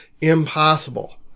impossible